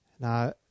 Now